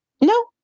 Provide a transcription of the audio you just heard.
No